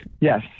Yes